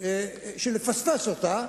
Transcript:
לפספס אותה.